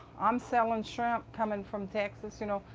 i'm selling shrimp coming from texas. you know.